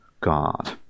God